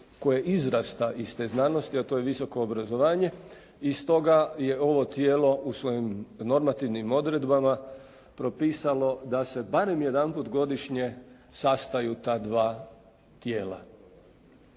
koje izrasta iz te znanosti, a to je visoko obrazovanje. I stoga je ovo tijelo u svojim normativnim odredbama propisalo da se barem jedanput godišnje sastaju ta dva tijela.